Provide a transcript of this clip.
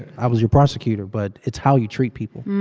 i was your prosecutor. but it's how you treat people.